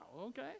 okay